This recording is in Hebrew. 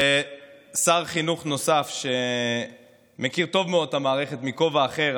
ושר חינוך נוסף שמכיר טוב מאוד את המערכת מכובע אחר,